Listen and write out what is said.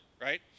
right